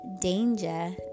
danger